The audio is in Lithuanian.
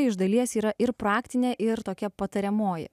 iš dalies yra ir praktinė ir tokia patariamoji